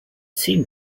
seemed